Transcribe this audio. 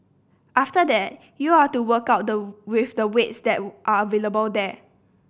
after that you're to work out the with the weights that are available there